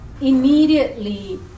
immediately